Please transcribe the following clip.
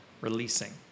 releasing